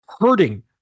hurting